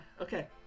Okay